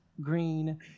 green